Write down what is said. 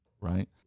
right